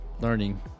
learning